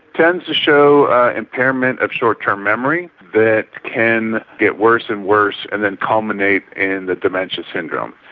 tend to show impairment of short-term memory that can get worse and worse and then culminate in the dementia syndrome.